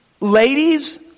Ladies